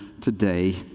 today